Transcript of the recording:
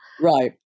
Right